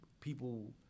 people